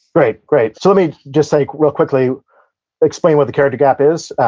right. great. so, let me just like real quickly explain what the character gap is,